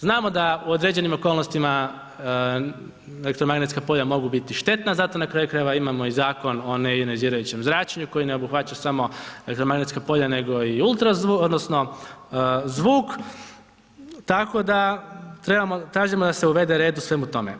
Znamo da u određenim okolnostima elektromagnetska polja mogu biti štetna, zato na kraju krajeva imamo i Zakon o neionizirajućem zračenju koji ne obuhvaća samo dakle elektromagnetska polja nego i ultrazvuk odnosno zvuk tako da tražimo da se uvede red u svemu tome.